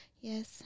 Yes